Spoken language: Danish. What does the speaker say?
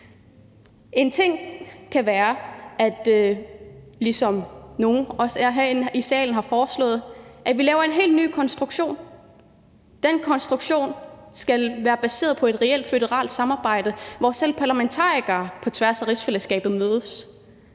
foreslået det, at vi laver en helt ny konstruktion. Den konstruktion skal være baseret på et reelt føderalt samarbejde, hvor selv parlamentarikere på tværs af rigsfællesskabet mødes.